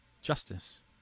Justice